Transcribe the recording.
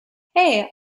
hey